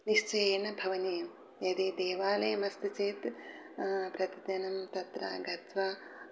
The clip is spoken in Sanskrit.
निश्चयेन भवनीयं यदि देवालयम् अस्ति चेत् प्रतिदिनं तत्र गत्वा